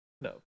No